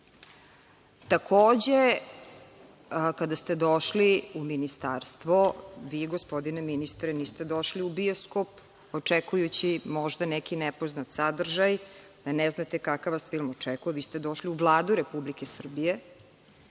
platu. Takođe, kada ste došli u Ministarstvo, vi, gospodine ministre, niste došli u bioskop, očekujući, možda, neki nepoznat sadržaj, da ne znate kakav vas film očekuje. Vi ste došli u Vladu Republike Srbije